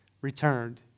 returned